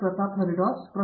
pro